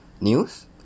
news